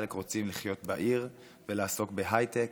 חלק רוצים לחיות בעיר ולעסוק בהייטק.